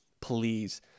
Please